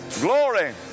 glory